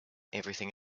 everything